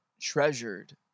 treasured